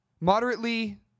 moderately